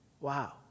Wow